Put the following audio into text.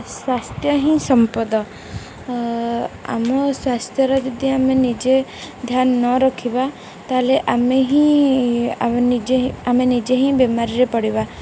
ସ୍ୱାସ୍ଥ୍ୟ ହିଁ ସମ୍ପଦ ଆମ ସ୍ୱାସ୍ଥ୍ୟର ଯଦି ଆମେ ନିଜେ ଧ୍ୟାନ ନ ରଖିବା ତାହେଲେ ଆମେ ହିଁ ଆମେ ନିଜେ ଆମେ ନିଜେ ହିଁ ବେମାରରେ ପଡ଼ିବା